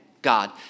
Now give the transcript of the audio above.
God